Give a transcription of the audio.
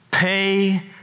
Pay